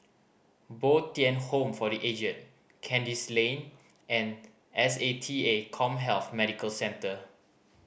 Bo Tien Home for The Aged Kandis Lane and S A T A CommHealth Medical Centre